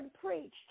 preached